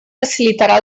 facilitarà